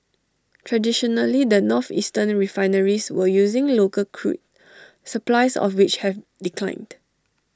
traditionally the northeastern refineries were using local crude supplies of which have declined